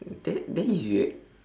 that that is weird